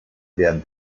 werden